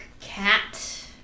cat